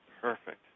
Perfect